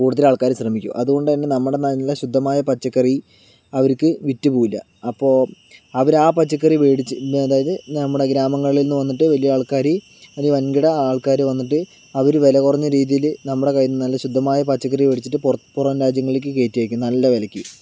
കൂടുതലാൾക്കാരും ശ്രമിക്കും അതുകൊണ്ടുതന്നെ നമ്മുടെ നല്ല ശുദ്ധമായ പച്ചക്കറി അവർക്ക് വിറ്റു പോകില്ല അപ്പോൾ അവർ ആ പച്ചക്കറി മേടിച്ച് അതായത് നമ്മുടെ ഗ്രാമങ്ങളി നിന്ന് വന്നിട്ട് വലിയ ആൾക്കാർ ഒരു വൻകിട ആൾക്കാർ വന്നിട്ട് അവർ വില കുറഞ്ഞ രീതിയിൽ നമ്മളുടെ കയ്യിൽ നിന്ന് നല്ല ശുദ്ധമായ പച്ചക്കറി മേടിച്ചിട്ട് പുറം പുറം രാജ്യങ്ങളിലേക്ക് കയറ്റി അയക്കും നല്ല വിലയ്ക്ക്